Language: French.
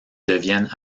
deviennent